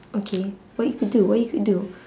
okay what you could do what you could do